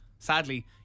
Sadly